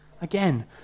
Again